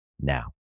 now